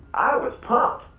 i was pumped.